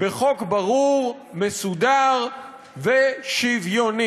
בחוק ברור, מסודר ושוויוני.